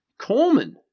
Coleman